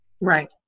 right